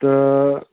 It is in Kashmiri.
تہٕ